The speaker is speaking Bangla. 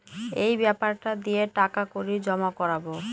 এই বেপারটা দিয়ে টাকা কড়ি জমা করাবো